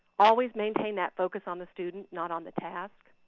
always maintain that focus on the student, not on the task.